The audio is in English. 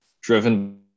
driven